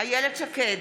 איילת שקד,